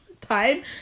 time